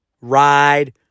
ride